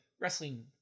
wrestling